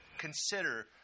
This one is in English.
Consider